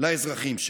לאזרחים שלה.